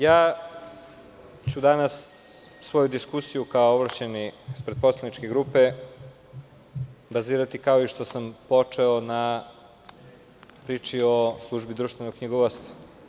Ja ću danas svoju diskusiju, kao ovlašćeni ispred poslaničke grupe, bazirati kao i što sam počeo na priči o Službi društvenog knjigovodstva.